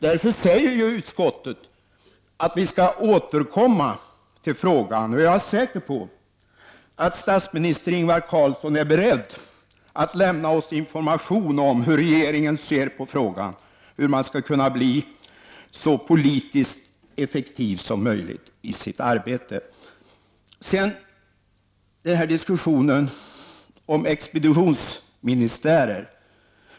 Därför säger utskottet att vi skall återkomma till frågan. Jag är säker på att statsminister Ingvar Carlsson är beredd att lämna oss information om hur regeringen ser på frågan om hur man skall kunna bli så politiskt effektiv som möjligt i sitt arbete. Sedan till diskussionen om s.k. expeditionsministärer.